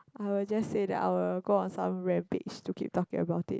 I will just say that I'll go on some rampage to keep talking about it